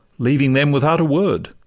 leaving them without a word.